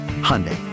Hyundai